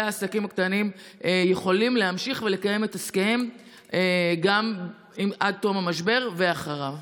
העסקים הקטנים יכולים להמשיך ולקיים את עסקיהם גם עד תום המשבר ואחריו.